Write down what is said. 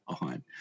on